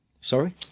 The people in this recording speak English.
Sorry